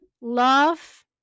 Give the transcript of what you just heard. love